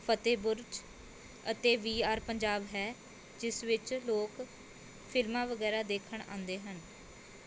ਫਤਿਹ ਬੁਰਜ ਅਤੇ V R Punjab ਹੈ ਜਿਸ ਵਿੱਚ ਲੋਕ ਫਿਲਮਾਂ ਵਗੈਰਾ ਦੇਖਣ ਆਉਂਦੇ ਹਨ